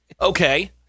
Okay